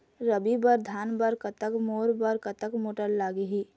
रबी बर धान बर कतक बोर म कतक मोटर लागिही?